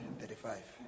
thirty-five